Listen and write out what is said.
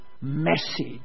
message